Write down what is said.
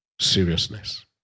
seriousness